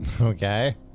Okay